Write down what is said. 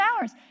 hours